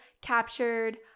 captured